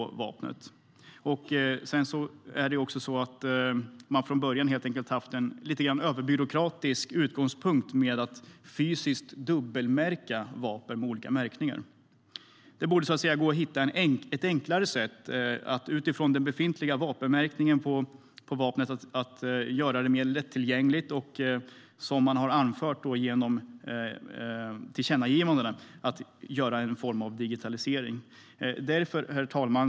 Man har dessutom haft en lite överbyråkratisk utgångspunkt i att fysiskt dubbelmärka vapen med olika märkningar. Det borde gå att hitta ett enklare sätt att utifrån befintlig märkning av vapen göra det mer lättillgängligt, till exempel genom digitalisering, vilket har anförts i tillkännagivandena. Herr talman!